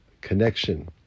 connection